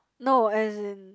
no as in